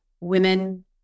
women